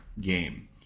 game